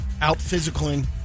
out-physicaling